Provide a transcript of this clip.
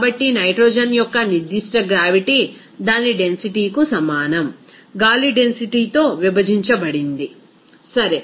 కాబట్టి నైట్రోజన్ యొక్క నిర్దిష్ట గ్రావిటీ దాని డెన్సిటీ కు సమానం గాలి డెన్సిటీ తో విభజించబడింది సరే